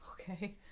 Okay